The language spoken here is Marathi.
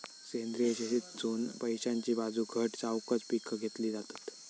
सेंद्रिय शेतीतसुन पैशाची बाजू घट जावकच पिका घेतली जातत